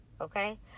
Okay